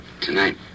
Tonight